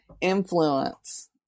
influence